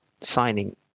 signing